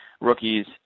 rookies